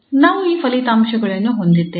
ನಾವು ಈ ಫಲಿತಾಂಶಗಳನ್ನು ಹೊಂದಿದ್ದೇವೆ